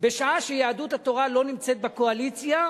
בשעה שיהדות התורה לא נמצאת בקואליציה,